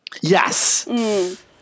Yes